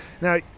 now